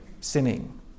sinning